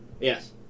Yes